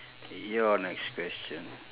your next question